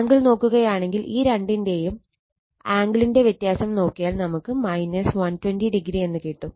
angle നോക്കുകയാണെങ്കിൽ ഈ രണ്ടിന്റെയും ആംഗിളിന്റെ വ്യത്യാസം നോക്കിയാൽ നമുക്ക് 120o എന്ന് കിട്ടും